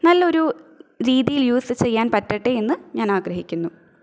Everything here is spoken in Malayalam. നല്ലൊരു രീതിയിൽ യൂസ് ചെയ്യാൻ പറ്റട്ടെ എന്ന് ഞാൻ ആഗ്രഹിക്കുന്നു